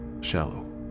shallow